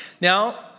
Now